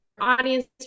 audience